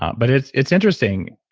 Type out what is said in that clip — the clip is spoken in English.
um but it's it's interesting,